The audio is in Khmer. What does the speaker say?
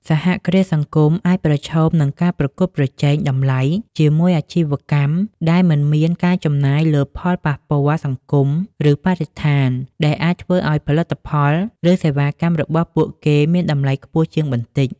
សហគ្រាសសង្គមអាចប្រឈមនឹងការប្រកួតប្រជែងតម្លៃជាមួយអាជីវកម្មដែលមិនមានការចំណាយលើផលប៉ះពាល់សង្គម ឬបរិស្ថាន ដែលអាចធ្វើឱ្យផលិតផល ឬសេវាកម្មរបស់ពួកគេមានតម្លៃខ្ពស់ជាងបន្តិច ។